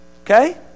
okay